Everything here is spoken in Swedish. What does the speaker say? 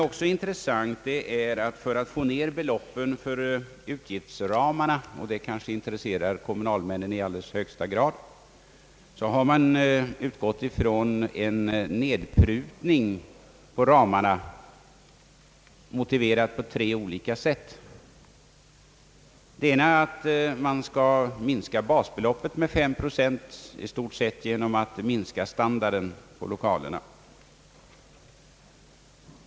För att få ned beloppen för utgiftsramarna det kanske intresserar kommunalmännen i allra högsta grad — har man utgått ifrån en nedprutning av ramarna motiverad på tre olika sätt. Den första motiveringen är att man skall minska basbeloppet med 5 procent, i stort sett genom att minska standarden på lokalerna.